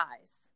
eyes